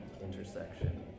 intersection